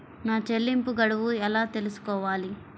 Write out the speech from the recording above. నా చెల్లింపు గడువు ఎలా తెలుసుకోవాలి?